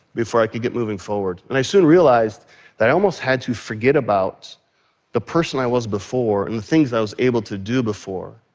before i could get moving forward. and i soon realized that i almost had to forget about the person i was before and the things i was able to do before.